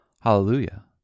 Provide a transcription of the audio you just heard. Hallelujah